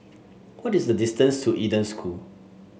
what is the distance to Eden School